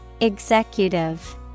Executive